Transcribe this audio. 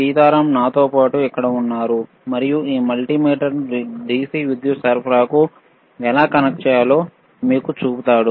సీతారాం నాతో పాటు ఇక్కడ ఉన్నారు మరియు ఈ మల్టీమీటర్ను DC విద్యుత్ సరఫరాకు ఎలా కనెక్ట్ చేయాలో మీకు చూపుతాడు